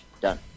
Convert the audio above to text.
Done